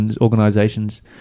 organizations